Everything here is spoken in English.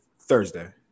Thursday